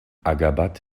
aşgabat